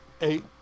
Eight